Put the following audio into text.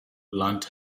lunt